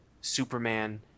Superman